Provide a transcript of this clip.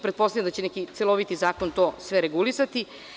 Pretpostavljam da će neki celoviti zakon to sve regulisati.